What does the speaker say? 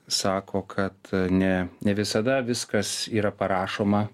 sako kad ne ne visada viskas yra parašoma